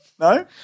No